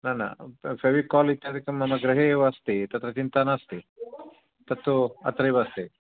न न फ़ेविकाल् इत्यादिकं मम गृहे एव अस्ति तत्र चिन्ता नास्ति तत् तु अत्रैव अस्ति